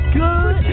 good